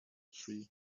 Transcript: tree